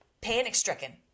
panic-stricken